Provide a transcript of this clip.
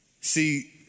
See